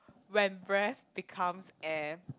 when breath becomes air